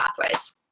pathways